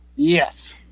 Yes